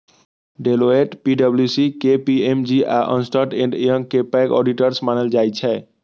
Deloitte, पी.डब्ल्यू.सी, KPMG आ Ernst and Young कें पैघ ऑडिटर्स मानल जाइ छै